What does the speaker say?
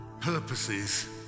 purposes